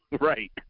Right